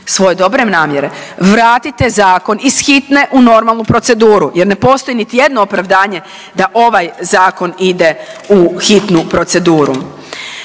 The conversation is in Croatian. svoje dobre namjere, vratite zakon iz hitne u normalnu proceduru jer ne postoji niti jedno opravdanje da ovaj Zakon ide u hitnu proceduru.